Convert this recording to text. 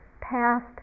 past